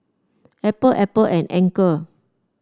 Apple Apple and Anchor